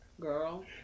girl